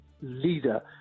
leader